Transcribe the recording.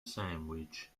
sandwich